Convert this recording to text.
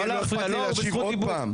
לא להפריע, הוא בזכות דיבור.